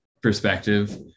perspective